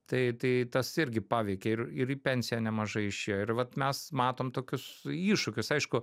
tai tai tas irgi paveikė ir ir į pensiją nemažai išėjo ir vat mes matom tokius iššūkius aišku